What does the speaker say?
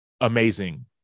amazing